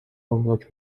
گمرگ